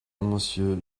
monsieur